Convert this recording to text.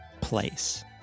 Place